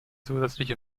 zusätzliche